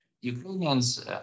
Ukrainians